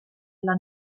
alla